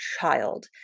child